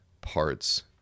parts